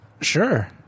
Sure